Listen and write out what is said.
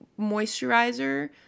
moisturizer